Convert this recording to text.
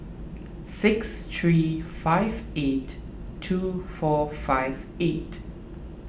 six three five eight two four five eight